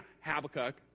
Habakkuk